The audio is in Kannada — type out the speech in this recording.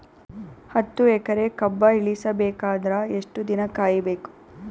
ಹತ್ತು ಎಕರೆ ಕಬ್ಬ ಇಳಿಸ ಬೇಕಾದರ ಎಷ್ಟು ದಿನ ಕಾಯಿ ಬೇಕು?